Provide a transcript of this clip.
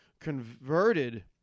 converted